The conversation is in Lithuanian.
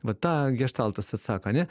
va tą geštaltas atsako ane